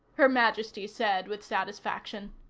her majesty said with satisfaction.